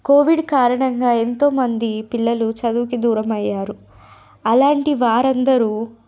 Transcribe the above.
Covid కారణంగా ఎంతోమంది పిల్లలు చదువుకి దూరం అయ్యారు అలాంటి వారందరూ